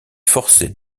forcée